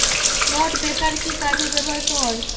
Clod breaker কি কাজে ব্যবহৃত হয়?